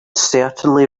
certainly